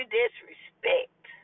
disrespect